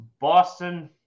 boston